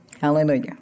hallelujah